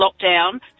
lockdown